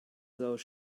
though